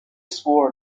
swore